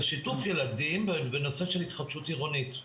שיתוף ילדים בנושא של התחדשות עירונית.